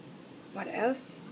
what else